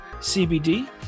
CBD